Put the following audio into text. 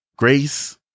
Grace